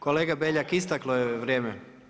Kolega Beljak, isteklo je vrijeme.